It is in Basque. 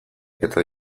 eta